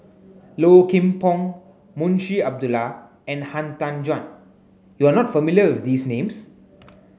Low Kim Pong Munshi Abdullah and Han Tan Juan you are not familiar these names